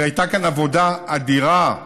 והייתה כאן עבודה אדירה,